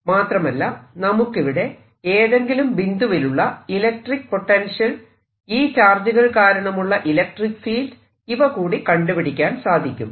മാത്രമല്ല നമുക്കിവിടെ ഏതെങ്കിലും ബിന്ദുവിലുള്ള ഇലക്ട്രിക്ക് പൊട്ടൻഷ്യൽ ഈ ചാർജുകൾ കാരണമുള്ള ഇലക്ട്രിക്ക് ഫീൽഡ് ഇവ കൂടി കണ്ടുപിടിക്കാൻ സാധിക്കും